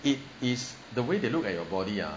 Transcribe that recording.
it is the way they look at your body ah